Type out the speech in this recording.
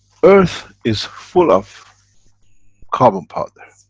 earth is full of carbon powder,